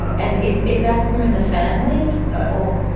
and is is asthma in the family? no,